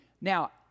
Now